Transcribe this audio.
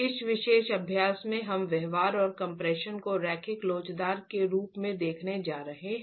इस विशेष अभ्यास में हम व्यवहार और कम्प्रेशन को रैखिक लोचदार के रूप में देखने जा रहे हैं